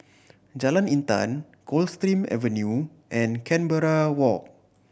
Jalan Intan Coldstream Avenue and Canberra Walk